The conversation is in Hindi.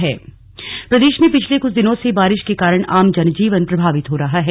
जनजीवन प्रभावित प्रदेश में पिछले कुछ दिनों से बारिश के कारण आम जन जीवन प्रभावित हो रहा है